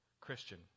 Christian